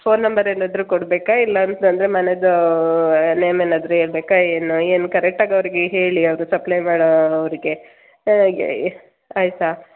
phone number ಏನಾದರೂ ಕೊಡ್ಬೇಕ ಇಲ್ಲ ಅಂತಂದರೆ ಮನೇದು ನೇಮ್ ಏನಾದರೂ ಹೇಳ್ಬೇಕಾ ಏನೂ ಏನು ಕರೆಕ್ಟಾಗಿ ಅವರಿಗೆ ಹೇಳಿ ಅವ್ರು ಸಪ್ಲೈ ಮಾಡೋ ಅವರಿಗೆ ಆಯಿತಾ